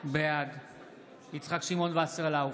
בעד יצחק שמעון וסרלאוף,